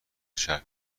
شهر